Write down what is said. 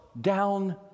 down